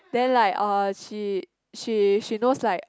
then like uh she she she knows like